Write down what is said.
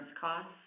costs